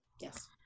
Yes